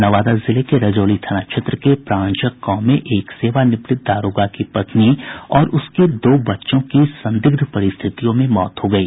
नवादा जिले के रजौली थाना क्षेत्र के प्राणचक गांव में एक सेवानिवृत्त दारोगा की पत्नी और उसके दो बच्चों की संदिग्ध परिस्थितियों में मौत हो गयी